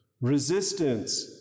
resistance